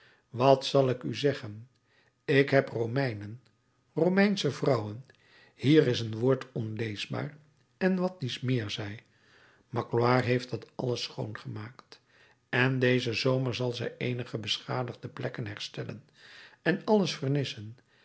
wat zal ik u zeggen ik heb romeinen romeinsche vrouwen hier is een woord onleesbaar en wat dies meer zij magloire heeft dat alles schoon gemaakt en dezen zomer zal zij eenige beschadigde plekken herstellen en alles vernissen